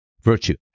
virtue